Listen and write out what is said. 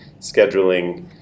scheduling